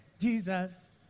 Jesus